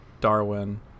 darwin